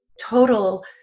total